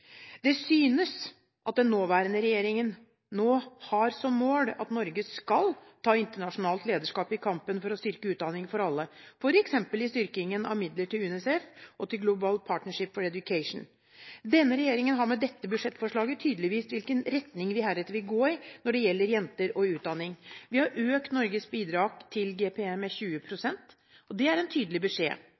Det synes at den nåværende regjeringen har som mål at Norge skal ta internasjonalt lederskap i kampen for å styrke utdanning for alle, f.eks. i styrkingen av midler til UNICEF og til Global Partnership for Education. Denne regjeringen har med dette budsjettforslaget tydelig vist hvilken retning vi heretter vil gå i når det gjelder jenter og utdanning. Vi har økt Norges bidrag til GPE med 20 pst. Det er en tydelig beskjed.